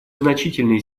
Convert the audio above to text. значительной